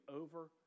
over